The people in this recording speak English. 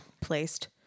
placed